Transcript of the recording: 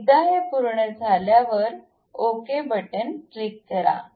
एकदा हे पूर्ण झाल्यावर ओके क्लिक करा